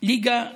ליגה א',